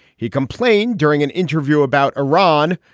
he complained during an interview about iran,